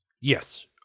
Yes